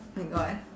my god